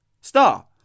Star